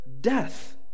death